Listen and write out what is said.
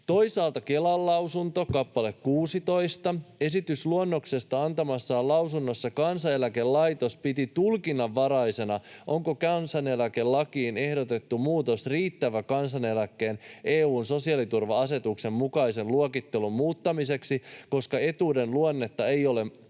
Toisaalta Kelan lausunto, kappale 16: ”Esitysluonnoksesta antamassaan lausunnossa Kansaneläkelaitos piti tulkinnanvaraisena, onko kansaneläkelakiin ehdotettu muutos riittävä kansaneläkkeen EU:n sosiaaliturva-asetuksen mukaisen luokittelun muuttamiseksi, koska etuuden luonnetta ei olla